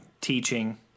teaching